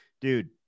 dude